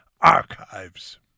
archives